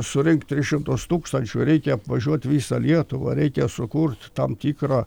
surinkt tris šimtus tūkstančių reikia apvažiuot visą lietuvą reikia sukurt tam tikrą